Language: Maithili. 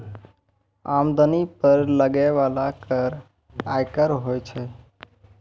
आमदनी पर लगै बाला कर आयकर होय छै